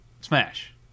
Smash